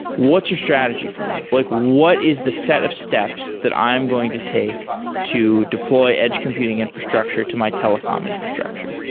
what's your strategy for me? like what is the set of steps that i'm going to take to deploy edge computing infrastructure to my telecom infrastructure?